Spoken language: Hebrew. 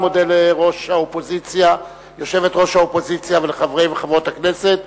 אני מודה ליושבת-ראש האופוזיציה ולחברי וחברות הכנסת.